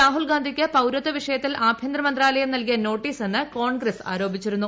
രാഹുൽഗാന്ധിക്ക് പൌരത്വ വിഷയത്തിൽ ആഭ്യന്തര മന്ത്രാലയം നൽകിയ നോട്ടീസ് എന്ന് കോൺഗ്രസ് ആരോപിച്ചിരുന്നു